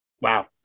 Wow